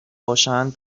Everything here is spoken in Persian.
باشند